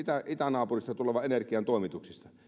itänaapurista tulevan energian toimituksista